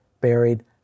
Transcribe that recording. buried